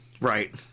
Right